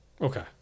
okay